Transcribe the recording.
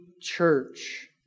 church